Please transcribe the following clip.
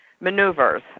maneuvers